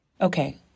Okay